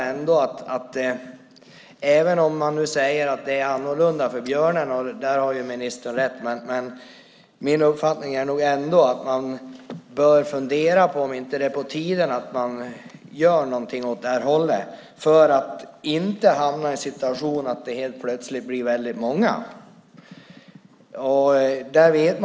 Även om man säger att det är annorlunda för björnarna - där har ministern rätt - är min uppfattning att man ändå bör fundera på om det inte är på tiden att man gör något för att inte hamna i situationen att det helt plötsligt blir många vargar.